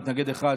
מתנגד אחד,